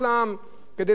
כדי להשתיק את הציבור.